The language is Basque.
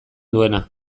duena